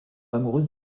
amoureuse